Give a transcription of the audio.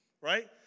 Right